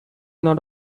nor